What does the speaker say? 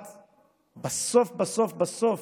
ובסוף בסוף בסוף,